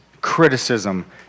criticism